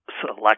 select